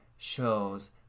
shows